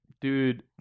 Dude